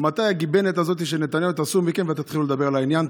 מתי הגיבנת הזאת של נתניהו תסור מכם ותתחילו לדבר לעניין?